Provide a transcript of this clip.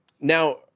now